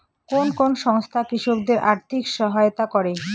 কোন কোন সংস্থা কৃষকদের আর্থিক সহায়তা করে?